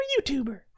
youtuber